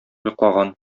йоклаган